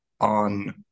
on